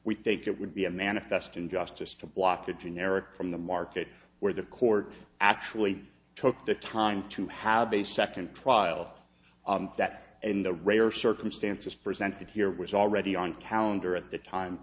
we think it would be a manifest injustice to block a generic from the market where the court actually took the time to have a second trial that in the rare circumstances presented here was already on calendar at t